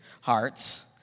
hearts